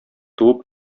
туып